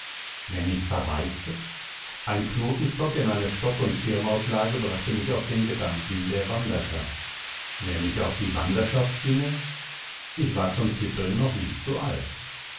wenn ich verreiste ein knotenstock in einer stock und schirmauslage brachte mich auf den gedanken der wanderschaft wenn ich auf die wanderschaft ginge ich war zum tippeln noch nicht zu alt